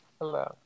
hello